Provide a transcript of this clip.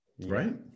right